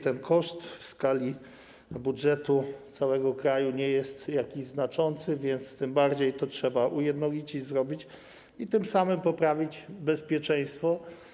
Ten koszt w skali budżetu całego kraju nie jest jakiś znaczący, więc tym bardziej to trzeba ujednolicić, zrobić i tym samym poprawić bezpieczeństwo.